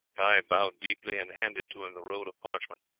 guy bowed deeply and handed to him the roll of parchment.